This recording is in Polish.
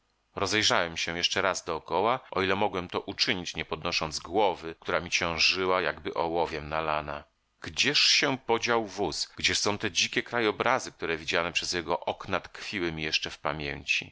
rozejrzałem się jeszcze raz dokoła o ile mogłem to uczynić nie podnosząc głowy która mi ciążyła jakby ołowiem nalana gdzież się podział wóz gdzie są te dzikie krajobrazy które widziane przez jego okna tkwiły mi jeszcze w pamięci